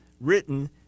written